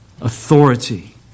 authority